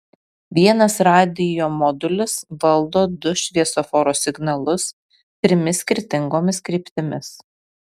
vienas radijo modulis valdo du šviesoforo signalus trimis skirtingomis kryptimis